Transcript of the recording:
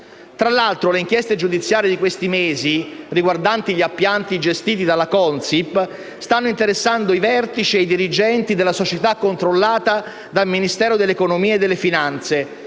Tra l'altro, le inchieste giudiziarie di questi mesi riguardanti gli appalti gestiti dalla Consip stanno interessando i vertici e i dirigenti della società controllata dal Ministero dell'economia e delle finanze,